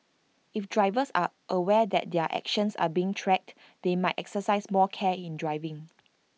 if drivers are aware that their actions are being tracked they might exercise more care in driving